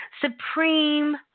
Supreme